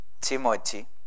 Timothy